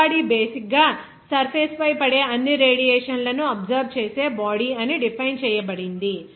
black body basic గా surface పై పడే అన్ని రేడియేషన్ల ను అబ్సర్బ్ చేసే బాడీ అని డిఫైన్ చేయబడింది